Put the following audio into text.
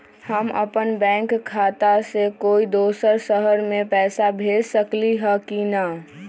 हम अपन बैंक खाता से कोई दोसर शहर में पैसा भेज सकली ह की न?